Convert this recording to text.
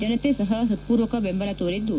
ಜನತೆ ಸಪ ಹೃತ್ವೂರ್ವಕ ಬೆಂಬಲ ತೋರಿದ್ದು